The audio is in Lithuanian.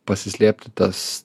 pasislėpti tas